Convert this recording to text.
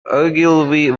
ogilvy